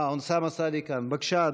אה, אוסאמה סעדי כאן, בבקשה,